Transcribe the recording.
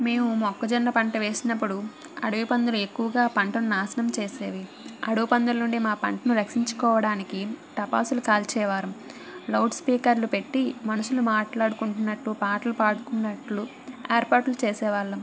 మేము మొక్కజొన్న పంటను వేసినప్పుడు అడవి పందులు ఎక్కువగా పంటను నాశనం చేసేవి అడవి పందులు నుండి మా పంటను రక్షించుకోవడానికి టపాసులు కాల్చేవాళ్ళం లౌడ్ స్పీకర్లు పెట్టి మనుషులు మాట్లాడుకుంటున్నట్టు పాటలు పాడుకున్నట్టు ఏర్పాట్లు చేసేవాళ్ళం